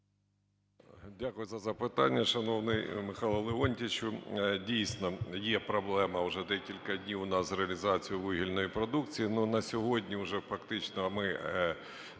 Дякую за запитання. Шановний Михайле Леонтійовичу, дійсно, є проблема вже декілька днів у нас з реалізацією вугільної продукції.